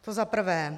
To za prvé.